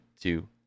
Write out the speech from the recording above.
two